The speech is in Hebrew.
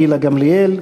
גילה גמליאל,